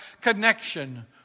connection